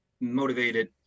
motivated